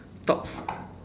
thoughts